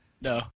No